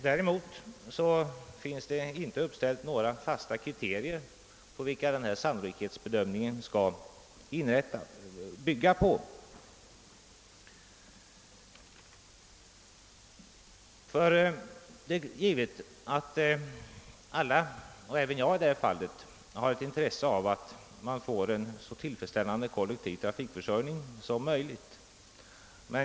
Däremot finns det inga fasta kriterier uppställda om vad denna sannolikhetsbedömning skall bygga på. Givetvis är vi alla intresserade av att få en så tillfredsställande kollektiv trafikförsörjning som möjligt.